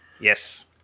yes